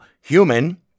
human